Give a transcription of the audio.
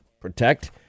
protect